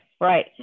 right